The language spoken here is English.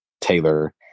Taylor